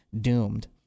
doomed